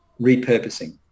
repurposing